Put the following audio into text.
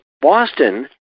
Boston